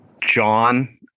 John